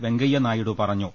വെങ്കയ്യനാ യിഡു പറഞ്ഞു